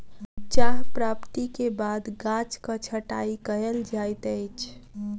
चाह प्राप्ति के बाद गाछक छंटाई कयल जाइत अछि